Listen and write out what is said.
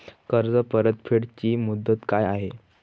कर्ज परतफेड ची मुदत काय आहे?